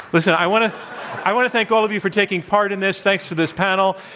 listen, i want to i want to thank all of you for taking part in this. thanks to this panel.